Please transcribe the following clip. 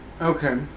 Okay